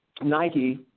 Nike